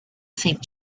seemed